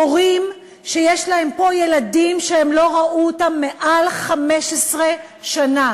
הורים שיש להם פה ילדים שהם לא ראו מעל 15 שנה,